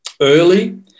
early